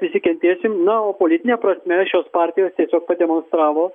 visi kentėsim na o politine prasme šios partijos pademonstravo